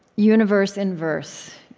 universe in verse,